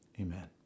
amen